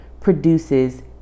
produces